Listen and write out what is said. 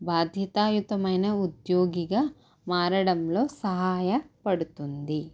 బాధ్యతాయుతమైన ఉద్యోగిగా మారడంలో సహాయపడుతుంది